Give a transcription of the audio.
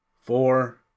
four